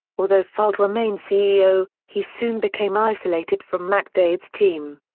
although fuld remained ceo, he soon became isolated from mcdade's team.